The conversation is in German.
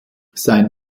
sein